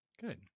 good